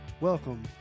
Welcome